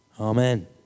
amen